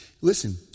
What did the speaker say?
Listen